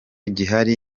gihari